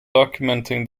documenting